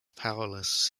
powerless